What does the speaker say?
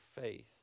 faith